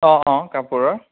অ' অ' কাপোৰৰ